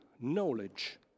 knowledge